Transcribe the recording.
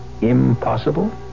impossible